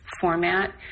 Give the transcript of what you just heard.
format